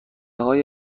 های